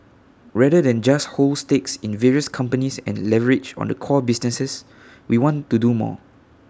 rather than just hold stakes in various companies and leverage on the core businesses we want to do more